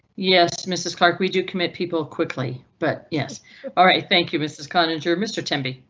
yes, mrs clark. we do commit people quickly but yes alright. thank you mrs conjure mr tim be.